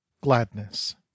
Gladness